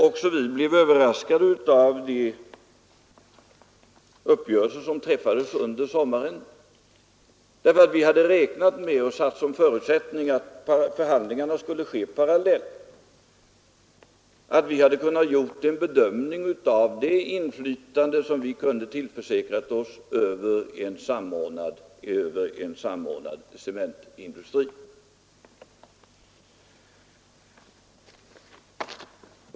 Vi blev också överraskade av de uppgörelser som träffades under sommaren därför att vi räknat med och satt som förutsättning att förhandlingarna skulle ske parallellt och att vi kunnat göra en bedömning av det inflytande som vi kunde tillförsäkrat oss över en samordnad cementindustri.